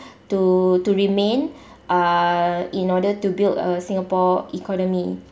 to to remain uh in order to build the singapore economy